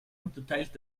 unterteilt